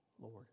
Lord